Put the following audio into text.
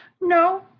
No